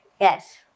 Yes